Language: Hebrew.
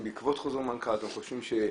זאת אומרת,